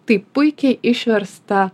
taip puikiai išverstą